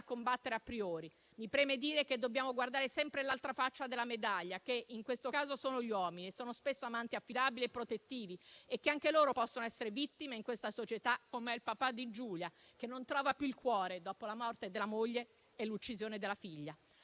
combattere *a priori*. Mi preme dire che dobbiamo guardare sempre l'altra faccia della medaglia, che in questo caso sono gli uomini: e sono spesso amanti affidabili e protettivi; anche loro possono essere vittime in questa società, come lo è il papà di Giulia, che non trova più il cuore dopo la morte della moglie e l'uccisione della figlia.